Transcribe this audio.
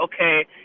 okay